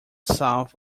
south